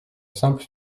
simple